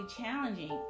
challenging